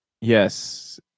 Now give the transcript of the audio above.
Yes